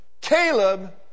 Caleb